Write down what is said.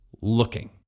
looking